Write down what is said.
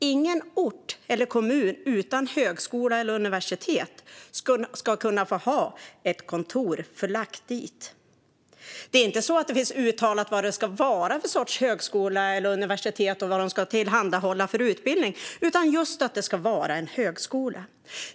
Ingen ort eller kommun utan högskola eller universitet ska kunna få ha ett kontor förlagt dit. Det är inte så att det finns uttalat vad det ska vara för sorts högskola eller universitet och vad de ska tillhandahålla för utbildning, utan det är just att det ska vara en högskola.